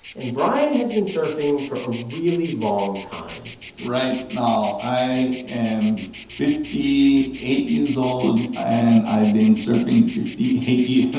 and brian has been surfing for a really long time right now, i am fifty eight years old, and i've been surfing fifty eight you know